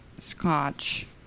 Scotch